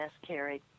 miscarried